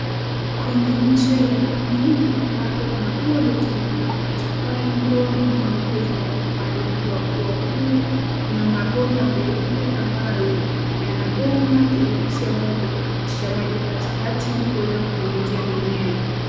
Kwenye nje ya nyumba ambapo kuna ua uliotengenezwa kwa matofali. Ndoo mbili nyeupe zimewekwa upande wa juu wa ua huo. Kuna mabomba meupe ambayo Yana bomba jeusi ambalo linapitisha maji katikati ili kuweza kunyunyizia mimea .